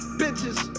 bitches